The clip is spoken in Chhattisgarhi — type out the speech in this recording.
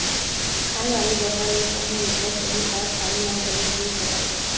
खाई वाले जघा ले कहूँ निकलत होही त खाई म घलोक गिर सकत हे